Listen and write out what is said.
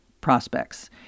prospects